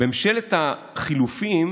ביומיים האחרונים,